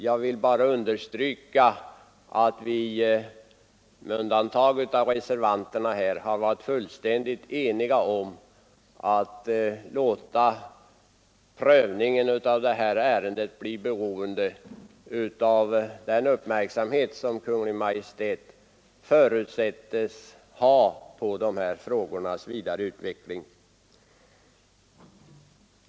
Låt mig bara understryka att vi, med undantag av reservanterna, har varit fullständigt eniga om att låta prövningen av ärendet bli beroende av den uppmärksamhet som Kungl. Maj:t förutsätts ha riktad på frågornas vidare utveckling.